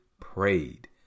prayed